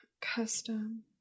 Custom